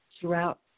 throughout